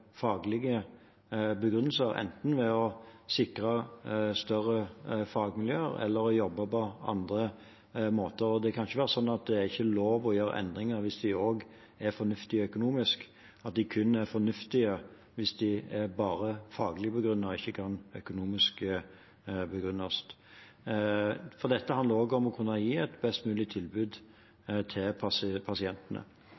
faglige begrunnelser bak, enten ved at det sikrer større fagmiljøer, eller ved at man jobber på andre måter. Det kan ikke være slik at det ikke er lov til å gjøre endringer hvis det også er fornuftig økonomisk, altså at det kun er fornuftig hvis det er bare faglig begrunnet og ikke økonomisk begrunnet. Dette handler også om å kunne gi et best mulig